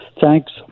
Thanks